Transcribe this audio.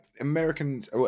Americans